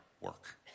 work